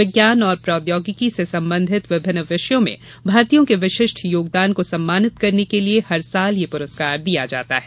विज्ञान और प्रौद्योगिकी से संबंधित विभिन्न विषयो में भारतीयों के विशिष्ट योगदान को सम्मानित करने के लिए हर वर्ष यह पुरस्कार दिया जाता है